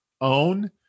own